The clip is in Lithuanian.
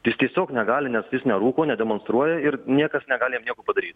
jis tiesiog negali nes jis nerūko nedemonstruoja ir niekas negali jam nieko padaryt